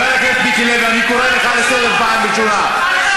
אני קורא אותך לסדר פעם ראשונה.